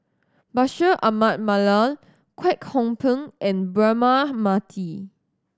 Bashir Ahmad Mallal Kwek Hong Png and Braema Mathi